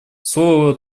слова